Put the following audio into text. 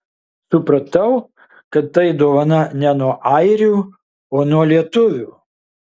supratau kad tai dovana ne nuo airių o nuo lietuvių